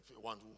one